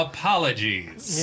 Apologies